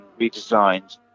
redesigned